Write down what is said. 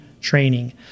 training